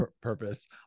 purpose